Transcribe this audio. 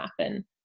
happen